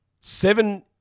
Seven